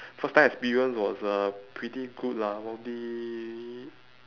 first time experience was uh pretty good lah probably